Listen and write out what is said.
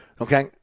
okay